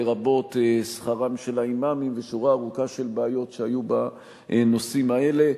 לרבות שכרם של האימאמים ושורה ארוכה של בעיות שהיו בנושאים האלה,